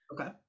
Okay